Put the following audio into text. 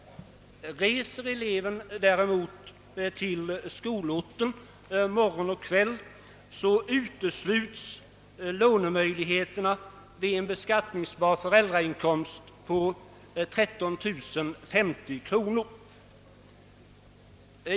Reser eleven däremot till skolorten morgon och kväll, utesluts lånemöjligheterna vid en beskattningsbar föräldrainkomst på 13 050 kronor.